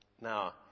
Now